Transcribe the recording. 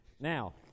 now